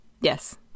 Yes